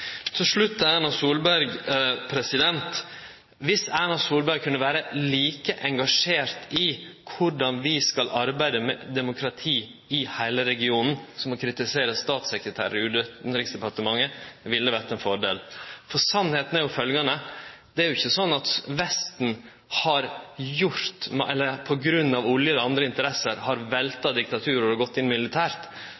Til slutt, til Erna Solberg. Viss Erna Solberg kunne vere like engasjert i korleis vi skal arbeide med demokrati i heile regionen som å kritisere statssekretæren i Utanriksdepartementet, ville det vere ein fordel. For sanninga er jo følgjande: Det er ikkje sånn at Vesten på grunn av olje eller andre interesser har